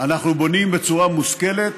אנחנו בונים בצורה מושכלת,